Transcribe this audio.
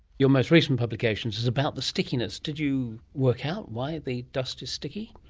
your most recent publication is is about the stickiness. did you work out why the dust is sticky?